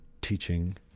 teaching